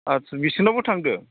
आस्सा बिसोरनावबो थांदो